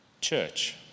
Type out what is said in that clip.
church